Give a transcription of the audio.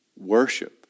Worship